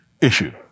issue